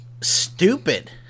stupid